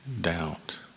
doubt